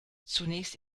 zunächst